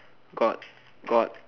got got